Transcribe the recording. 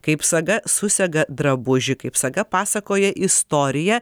kaip saga susega drabužį kaip saga pasakoja istoriją